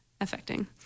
affecting